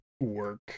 work